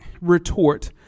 retort